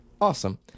Awesome